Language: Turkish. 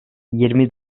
yirmi